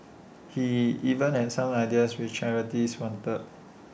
he even had some ideas which charities wanted